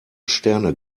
sterne